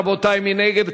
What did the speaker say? רבותי, מי נגד?